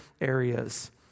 areas